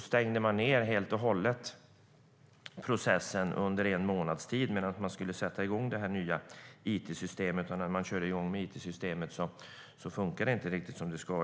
stängde man helt och hållet ned processen under en månads tid medan man skulle sätta i gång det nya systemet. När man sedan körde i gång det funkade det inte riktigt som det skulle.